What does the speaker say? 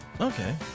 Okay